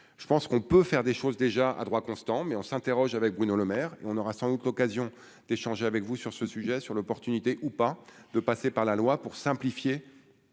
je pense qu'on peut faire des choses déjà à droit constant, mais on s'interroge avec Bruno Lemaire et on aura sans doute l'occasion d'échanger avec vous sur ce sujet, sur l'opportunité ou pas de passer par la loi, pour simplifier,